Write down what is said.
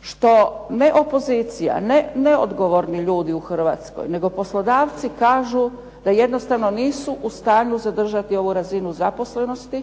što ne opozicija, ne odgovorni ljudi u Hrvatskoj, nego poslodavci kažu da jednostavno nisu u stanju zadržati ovu razinu zaposlenosti